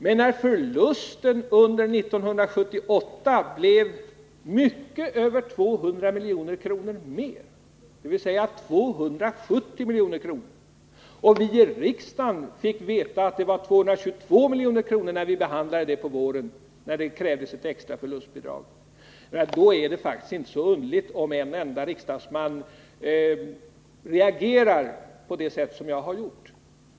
Men när förlusten under 1978 blev mycket över 200 miljoner, nämligen 270 miljoner, och vi i riksdagen vid behandlingen på våren, då det krävdes ett extra förlustbidrag, fick veta att den var 222 milj.kr., är det faktiskt inte så underligt om en enda riksdagsman reagerar på det sätt som jag har gjort.